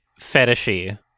fetishy